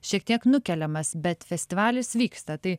šiek tiek nukeliamas bet festivalis vyksta tai